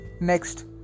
Next